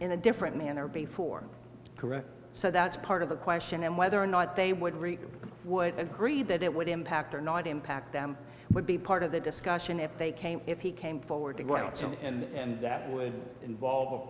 in a different manner before correct so that's part of the question and whether or not they would really would agree that it would impact or not impact them would be part of the discussion if they came if he came forward and that would involve